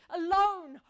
alone